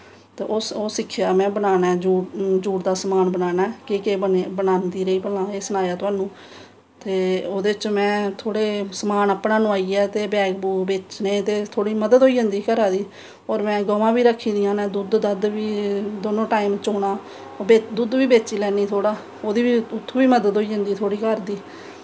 ते ओह् सिक्खेआ में बनाना जूट दा समान बनाना केह् केह् बनांदी रेही भला एह् सनाया थाह्नूं ते ओह्दे च में थोह्ड़े समान अपना नोआइयै ते बैग बूग बेचने ते थोह्ड़ी मदद होई जंदी घरा दी होर में गवांऽ बी रक्खी दियां न दुद्ध दाद्ध बी दौनों टाइम च्होनां दुद्ध बी बेची लैन्नी थोह्ड़ा ओह्दी उत्थूं बी मदद होई जंदी थोह्ड़ी घर दी